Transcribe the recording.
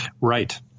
Right